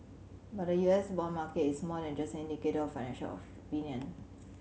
but the U S bond market is more than just an indicator of financial opinion